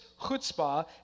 chutzpah